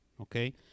okay